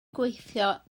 gweithio